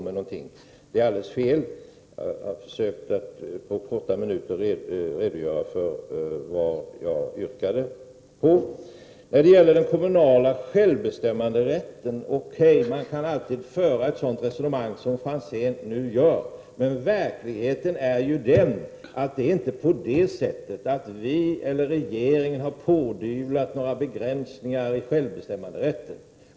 Jag försökte på de korta minuter som jag hade på mig att redogöra för vad jag yrkar på. När det gäller den kommunala självbestämmanderätten kan man alltid föra ett sådant resonemang som nu Ivar Franzén för. Men verkligheten är ju den att vi eller regeringen inte har pådyvlat kommunerna några begränsningar i självbestämmanderätten.